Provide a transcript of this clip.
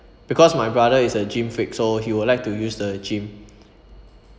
because my brother is a gym freak so he would like to use the gym